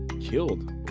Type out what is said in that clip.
killed